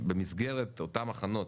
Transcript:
במסגרת אותן הכנות